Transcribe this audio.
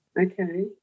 Okay